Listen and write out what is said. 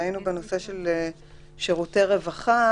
היינו בנושא של שירותי רווחה,